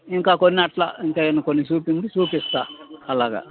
ఇంకా కొన్ని అట్లా ఇంకేవి అయినా కొన్ని చూపించమంటే చూపిస్తాను అలాగ